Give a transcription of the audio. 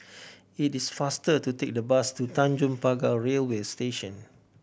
it is faster to take the bus to Tanjong Pagar Railway Station